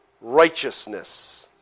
Righteousness